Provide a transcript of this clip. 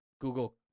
Google